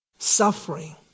Suffering